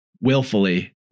willfully